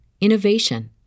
innovation